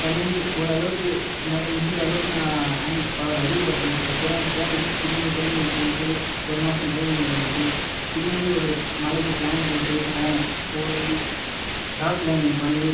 பண்ணி ஓரளவுக்கு என்னால் முடிஞ்சளவுக்கு நான் ஹாண்ட் பவர் அதிகப்படுத்தினதுக்கு அப்புறம் போனேன் திரும்பி ட்ரைனிங் போயிட்டு ஒரு மாதம் ட்ரைனிங் பண்ணிட்டு திரும்பியும் மலைக்கு பிளான் போட்டு போனோம் போய் ராக் க்ளைம்பிங் பண்ணி